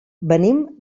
venim